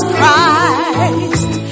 Christ